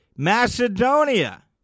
Macedonia